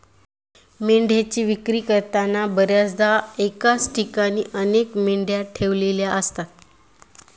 मेंढ्यांची विक्री करताना बर्याचदा एकाच ठिकाणी अनेक मेंढ्या ठेवलेल्या असतात